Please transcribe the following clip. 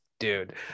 Dude